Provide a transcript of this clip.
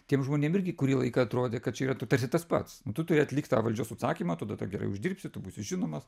tiem žmonėm irgi kurį laiką atrodė kad čia yra tarsi tas pats nu tu turi atlikt tą valdžios užsakymą tada tu gerai uždirbsi tu būsi žinomas